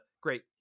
great